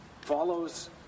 follows